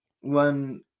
one